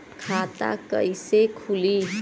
खाता कईसे खुली?